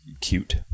cute